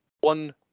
one